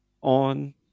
on